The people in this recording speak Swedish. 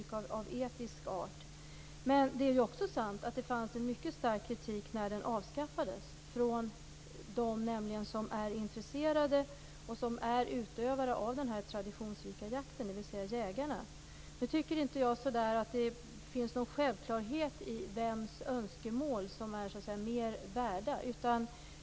Men det är ju också sant att det fanns en mycket starkt kritik när den avskaffades från dem som var intresserade och som utövade denna traditionsrika jakt, dvs. jägarna. Jag tycker inte att det finns någon självklarhet i vems önskemål som är mer värda.